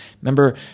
Remember